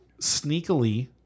sneakily